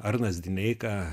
arnas dineika